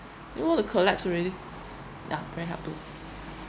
then want to collapse already yeah pay help to